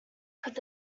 could